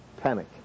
panic